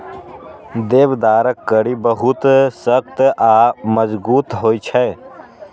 देवदारक कड़ी बहुत सख्त आ मजगूत होइ छै